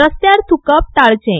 रस्त्यार थूंकप टाळचें